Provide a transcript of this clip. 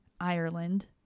Ireland